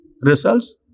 results